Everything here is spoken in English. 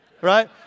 right